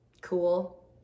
cool